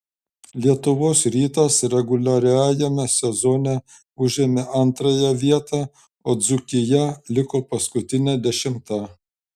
lietuvos rytas reguliariajame sezone užėmė antrąją vietą o dzūkija liko paskutinė dešimta